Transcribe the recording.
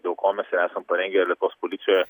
dėl ko mes ir esam parengę lietuvos policijoje